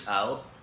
out